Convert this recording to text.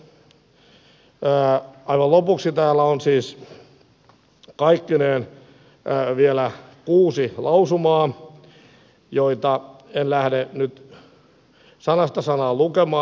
aivan lopuksi täällä on siis kaikkineen vielä kuusi lausumaa joita en lähde nyt sanasta sanaan lukemaan